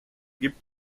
gibt